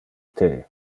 the